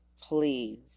please